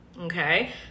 Okay